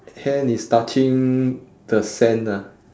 hand is touching the sand ah